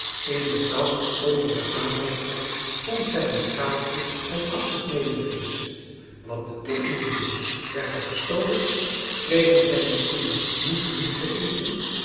in de kast onder de aanrechtbank vond zij een schaaltje marcellus emants een drietal novellen met afgesneden vleesch wat beteekende dit werd er gestolen kregen zij misschien niet genoeg te eten